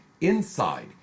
INSIDE